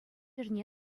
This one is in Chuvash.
эрне